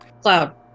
Cloud